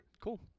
Cool